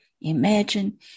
imagine